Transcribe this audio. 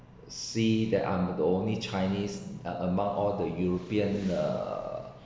see that I’m the only chinese a~ among all the european err